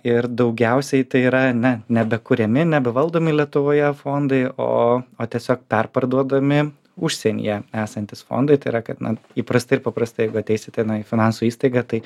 ir daugiausiai tai yra ne nebekuriami nebevaldomi lietuvoje fondai o o tiesiog perparduodami užsienyje esantys fondai tai yra kad na įprastai ir paprastai jeigu ateisit tenai į finansų įstaigą tai